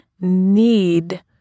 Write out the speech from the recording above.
need